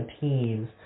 teams